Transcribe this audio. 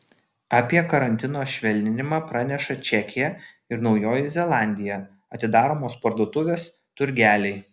apie karantino švelninimą praneša čekija ir naujoji zelandija atidaromos parduotuvės turgeliai